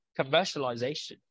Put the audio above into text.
commercialization